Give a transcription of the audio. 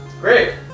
Great